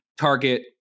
target